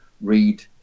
read